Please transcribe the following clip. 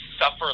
suffer